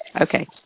Okay